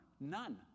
None